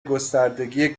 گستردگی